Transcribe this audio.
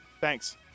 thanks